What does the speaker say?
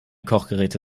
kochgeräte